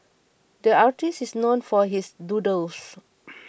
the artist is known for his doodles